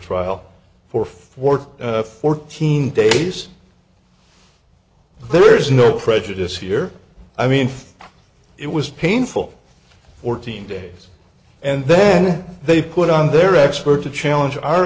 trial for for fourteen days there is no prejudice here i mean it was painful fourteen days and then they put on their expert to challenge